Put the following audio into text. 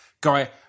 guy